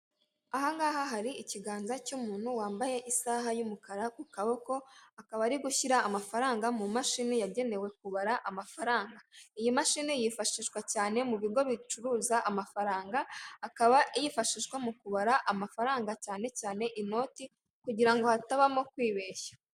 Aha ngaha hari ikiganza cy'umuntu wambaye isaha y'umukara ku kaboko akaba ari gushyira amafaranga mu mashini yagenewe kubara amafaranga, iyi mashini yifashishwa cyane mu bigo bicuruza amafaranga, akaba yifashishwa mu kubara amafaranga cyane cyane inoti kugira ngo hatabamo kwibeshya.